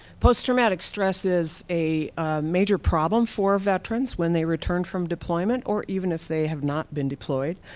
post-traumatic stress is a major problem for veterans when they returned from deployment or even if they have not been deployed.